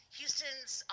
Houston's